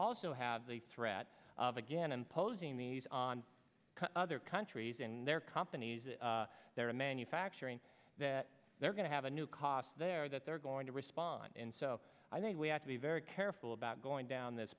also have the threat of again imposing these on other countries and their companies if they're in manufacturing that they're going to have a new cost there that they're going to respond and so i think we have to be very careful about going down this